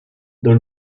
dans